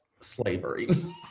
slavery